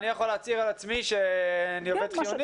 כלומר, אני יכול להצהיר על עצמי שאני עובד חיוני?